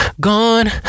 gone